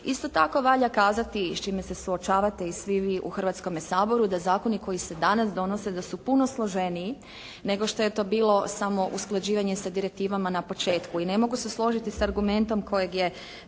Isto tako valja kazati s čime se suočavate i svi vi u Hrvatskome saboru da zakoni koji se danas donose da su puno složeniji nego što je to bilo samo usklađivanje sa direktivama na početku. I ne mogu se složiti s argumentom kojeg je